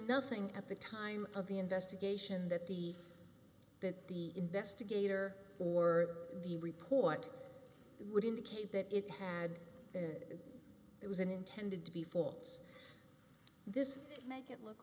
nothing at the time of the investigation that the that the investigator or the report that would indicate that it had it was intended to be faults this make it look